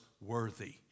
worthy